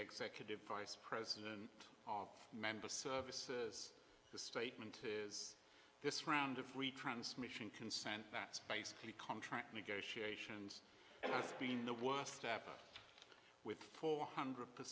executive vice president of member services the statement is this round of retransmission consent that's basically contract negotiations being the worst ever with four hundred per